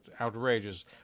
outrageous